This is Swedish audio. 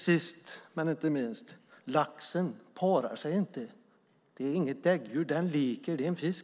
Sist men inte minst: Laxen parar sig inte; den är inget däggdjur. Den leker; det är en fisk.